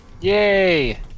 Yay